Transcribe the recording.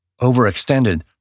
Overextended